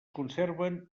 conserven